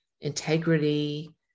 integrity